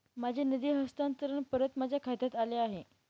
माझे निधी हस्तांतरण परत माझ्या खात्यात आले आहे